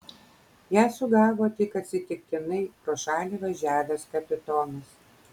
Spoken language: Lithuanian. ją sugavo tik atsitiktinai pro šalį važiavęs kapitonas